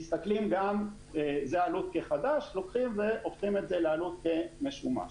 מסתכלים על עלות כחדש והופכים את זה לעלות כמשומש.